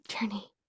journey